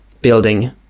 building